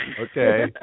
Okay